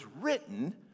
written